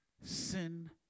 Sin